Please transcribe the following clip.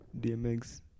DMX